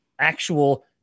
actual